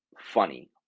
funny